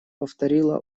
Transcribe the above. повторила